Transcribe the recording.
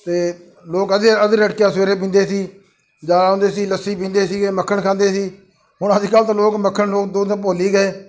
ਅਤੇ ਲੋਕ ਅੱਧ ਅੱਧ ਰਿੜਕਿਆ ਸਵੇਰੇ ਪੀਂਦੇ ਸੀ ਜਦੋਂ ਆਉਂਦੇ ਸੀ ਲੱਸੀ ਪੀਂਦੇ ਸੀਗੇ ਮੱਖਣ ਖਾਂਦੇ ਸੀ ਹੁਣ ਅੱਜ ਕੱਲ੍ਹ ਤਾਂ ਲੋਕ ਮੱਖਣ ਲੋਕ ਦੁੱਧ ਭੁੱਲ ਹੀ ਗਏ